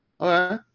Okay